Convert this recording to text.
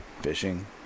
fishing